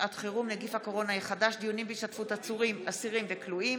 חוק-יסוד: משק המדינה (תיקון מס' 10 והוראת שעה לשנת 2020)